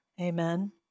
Amen